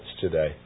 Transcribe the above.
today